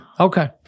Okay